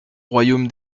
royaume